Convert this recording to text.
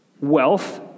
wealth